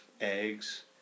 eggs